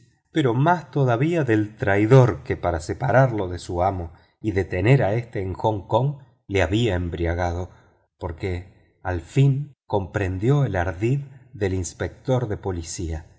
pero más todavía del traidor que para separarlo de su amo y detener a éste en hong kong lo había embriagado porque al fin comprendió el ardid del inspector de policía